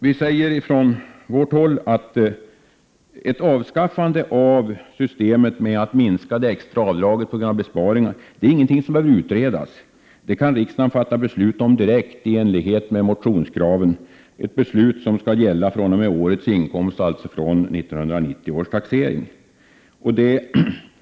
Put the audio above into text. Vi säger från vårt håll att ett avskaffande av systemet med att minska extraavdraget på grund av besparingar inte är någonting som behöver utredas. Det kan riksdagen fatta beslut om direkt i enlighet med motionskraven — ett beslut som skall gälla fr.o.m. årets inkomster och alltså 1990 års taxering.